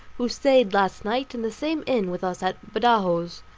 who stayed last night in the same inn with us at badajos.